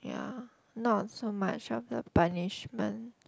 ya not so much of the punishment